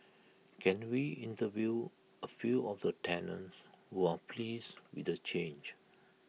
can we interview A few of the tenants who are pleased with the change